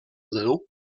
little